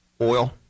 oil